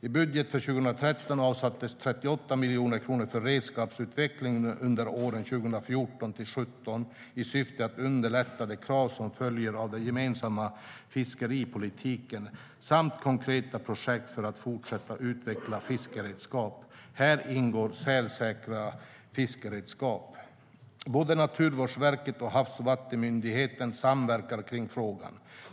I budgeten för 2013 avsattes 38 miljoner kronor för redskapsutveckling under åren 2014-2017 i syfte att underlätta de krav som följer av den gemensamma fiskeripolitiken samt konkreta projekt för att fortsätta utveckla fiskeredskap. Här ingår sälsäkra fiskeredskap. Både Naturvårdsverket och Havs och vattenmyndigheten samverkar kring frågan.